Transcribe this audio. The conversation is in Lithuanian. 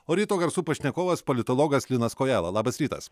o ryto garsų pašnekovas politologas linas kojala labas rytas